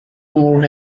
moore